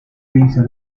pensa